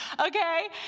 okay